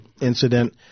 incident